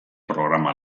programa